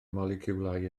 moleciwlau